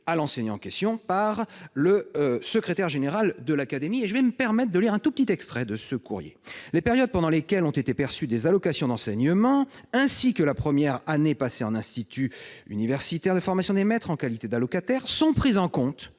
à l'enseignant en question par le secrétaire général de l'académie, courrier dont je me permets de lire un court extrait :« Les périodes pendant lesquelles ont été perçues des allocations d'enseignement ainsi que la première année passée en institut universitaire de formation des maîtres en qualité d'allocataire sont prises en compte